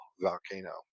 volcano